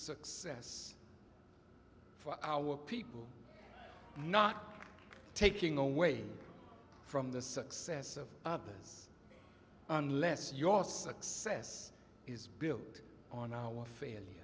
success for our people not taking away from the success of others unless your success is built on our fai